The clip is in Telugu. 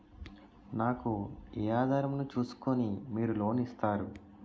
నాకు ఏ ఆధారం ను చూస్కుని మీరు లోన్ ఇస్తారు?